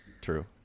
True